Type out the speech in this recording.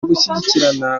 gushyigikirana